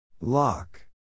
Lock